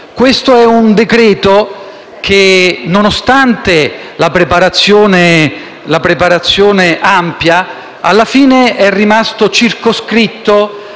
esame è un decreto-legge che, nonostante la preparazione ampia, alla fine è rimasto circoscritto